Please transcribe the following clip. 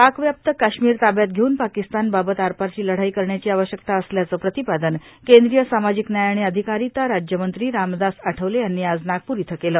पाक व्याप्त काश्मीर ताब्यात घेऊन पाकिस्तान बाबत आरपारची लढाई करण्याची आवष्यकता असल्याचं प्रतिपादन केंद्रीय सामाजिक न्याय आणि अधिकारीता राज्यमंत्री रामदास आठवले यांनी आज नागपूर इथं केलं